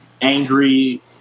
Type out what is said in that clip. angry